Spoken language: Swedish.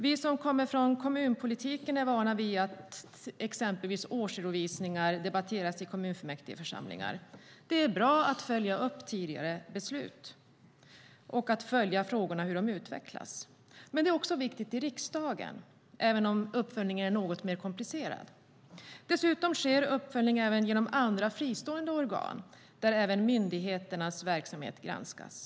Vi som kommer från kommunpolitiken är vana vid att exempelvis årsredovisningar debatteras i kommunfullmäktigeförsamlingar. Det är bra att följa upp hur tidigare beslut utvecklas. Det är viktigt också i riksdagen även om uppföljningen är mer komplicerad. Dessutom sker uppföljning genom andra fristående organ där också myndigheternas verksamhet granskas.